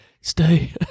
stay